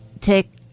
take